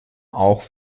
auch